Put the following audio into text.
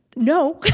no!